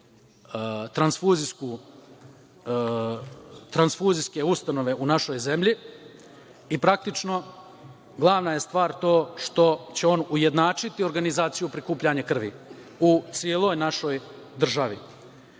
transfuzijske ustanove u našoj zemlji i praktično glavna je stvar to što će on ujednačiti organizaciju prikupljanja krvi u celoj našoj